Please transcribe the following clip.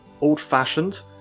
old-fashioned